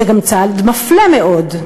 זה גם צעד מפלה מאוד,